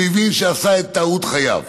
הוא הבין שעשה את טעות חייו: